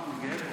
אני גאה בו.